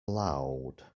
allowed